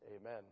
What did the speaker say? Amen